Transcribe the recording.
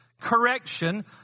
correction